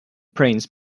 prince